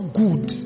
good